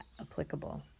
applicable